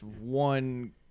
one